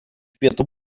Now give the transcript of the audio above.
pietų